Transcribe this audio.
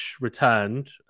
returned